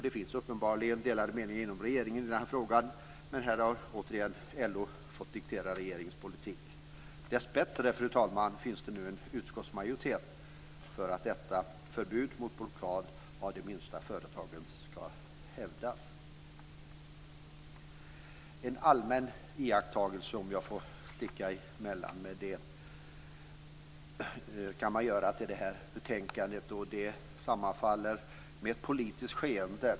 Det finns uppenbarligen delade meningar inom regeringen i den här frågan. Men här har återigen LO fått diktera regeringens politik. Dessbättre, fru talman, finns det nu en utskottsmajoritet för att förbudet mot blockad av de minsta företagen ska hävdas. En allmän iakttagelse, om jag får sticka emellan med det, kan man göra i anslutning till det här betänkandet. Det sammanfaller med ett politiskt skeende.